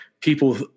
people